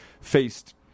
faced